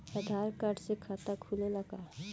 आधार card से खाता खुले ला का?